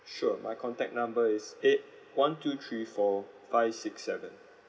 sure my contact number is eight one two three four five six seven